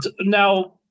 Now